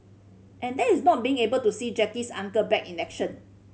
and that is not being able to see Jackie's Uncle back in action